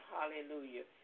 Hallelujah